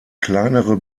kleinere